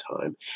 time